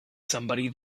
somebody